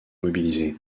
mobilisé